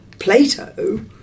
Plato